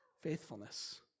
faithfulness